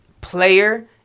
player